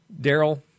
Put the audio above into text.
Daryl